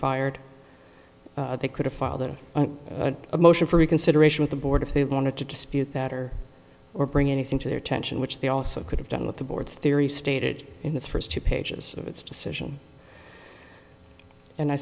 fired they could a father a motion for reconsideration of the board if they wanted to dispute that or or bring anything to their attention which they also could have done with the board's theory stated in the first two pages of its decision and i